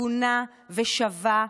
הגונה ושווה,